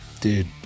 Dude